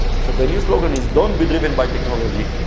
so the new slogan is, don't be driven by technology.